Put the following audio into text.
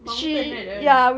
mountain kan that [one]